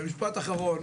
משפט אחרון,